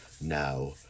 Now